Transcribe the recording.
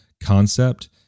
concept